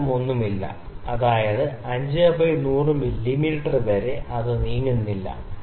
ചലനമൊന്നുമില്ല അതായത് 5 by 100 millimetre വരെ അത് നീങ്ങുന്നില്ല